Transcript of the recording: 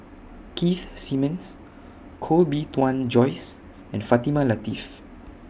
Keith Simmons Koh Bee Tuan Joyce and Fatimah Lateef